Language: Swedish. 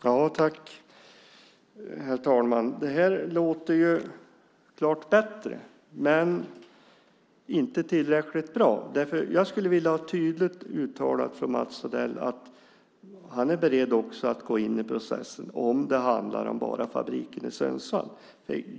Herr talman! Det här låter klart bättre, men inte tillräckligt bra. Jag skulle vilja att Mats Odell tydligt uttalade att han är beredd att gå in i processen även om det bara handlar om fabriken i Sundsvall.